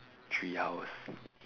tree house